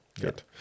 good